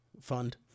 fund